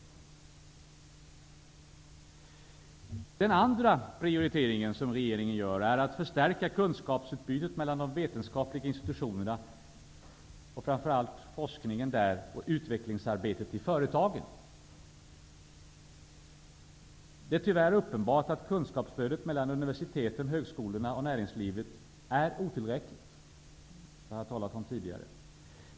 Den andra prioritering som regeringen gör är att förstärka kunskapsutbytet mellan de vetenskapliga institutionerna och framför allt forskningen där och utvecklingsarbetet i företagen. Det är tyvärr uppenbart att kunskapsflödet mellan universiteten, högskolorna och näringslivet är otillräckligt. Det har jag talat om tidigare.